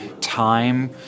time